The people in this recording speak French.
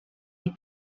des